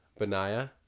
Benaya